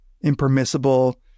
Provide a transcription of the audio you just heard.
impermissible